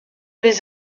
les